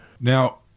Now